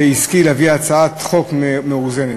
שהשכיל להביא הצעת חוק מאוזנת.